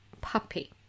puppy